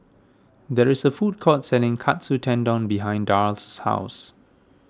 there is a food court selling Katsu Tendon behind Darl's house